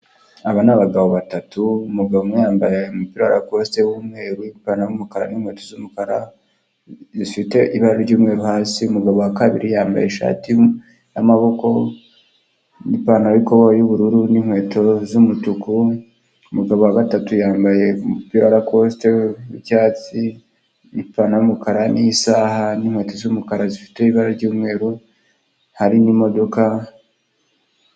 Aba ni abagabo batatu; umugabo umwe yambaye umupira wa rakosite w'umweru, ipantaro y'umukara n'inkweki z'umukara zifite ibara ry'umweru hasi, umugabo wa kabiri yambaye ishati y'amaboko n'ipantaro y'ubururu n'inkweto z'umutuku, umugabo wa gatatu yambaye umupira wa rakositi y'icyatsi n'ipantaro y'umukara n'isaha n'inkweto z'umukara zifite ibara ry'umweru. Hari n'imodoka.